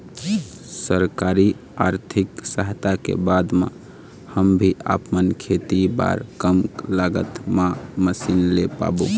सरकारी आरथिक सहायता के बाद मा हम भी आपमन खेती बार कम लागत मा मशीन ले पाबो?